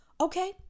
Okay